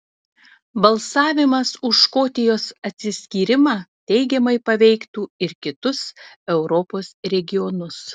balsavimas už škotijos atsiskyrimą teigiamai paveiktų ir kitus europos regionus